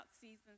seasons